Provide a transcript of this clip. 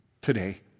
today